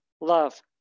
love